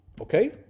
Okay